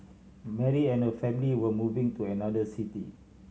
Mary and her family were moving to another city